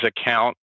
account